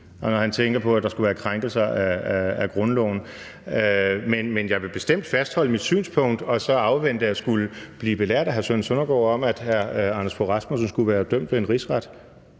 når han tænker på, at der skulle være krænkelser af grundloven. Men jeg vil bestemt fastholde mit synspunkt og så afvente at skulle blive belært af hr. Søren Søndergaard om, at hr. Anders Fogh Rasmussen skulle være dømt ved en rigsret.